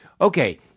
Okay